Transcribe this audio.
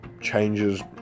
changes